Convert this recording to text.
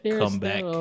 comeback